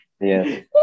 Yes